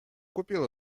купил